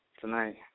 tonight